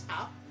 up